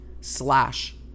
slash